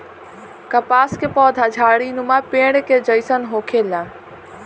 कपास के पौधा झण्डीनुमा पेड़ के जइसन होखेला